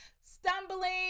stumbling